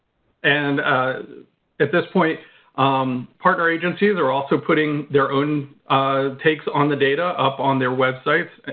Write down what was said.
and at this point partner agencies are also putting their own takes on the data up on their websites.